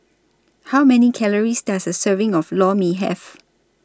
How Many Calories Does A Serving of Lor Mee Have